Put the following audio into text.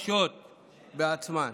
המוחלשות בעצמן